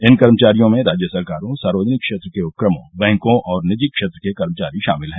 इन कर्मचारियों में राज्य सरकारों सार्वजनिक क्षेत्र के उपक्रमों बैंकों और निजी क्षेत्र के कर्मचारी शामिल हैं